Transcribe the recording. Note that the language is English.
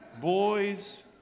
Boys